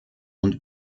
und